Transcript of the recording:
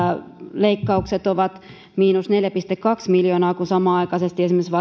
leikkaukset ovat miinus neljä pilkku kaksi miljoonaa kun samanaikaisesti esimerkiksi